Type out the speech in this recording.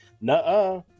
Nuh-uh